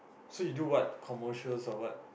so you do what commercials or what